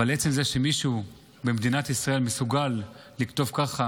אבל עצם זה שמישהו במדינת ישראל מסוגל לכתוב ככה